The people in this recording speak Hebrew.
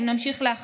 אם נמשיך להחמיר,